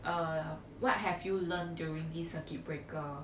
err what have you learnt during this circuit breaker